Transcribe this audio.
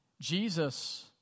Jesus